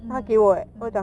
mm mm